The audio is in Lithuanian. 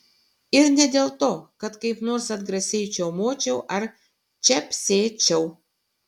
ir ne dėl to kad kaip nors atgrasiai čiaumočiau ar čepsėčiau